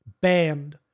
banned